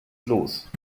los